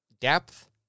Depth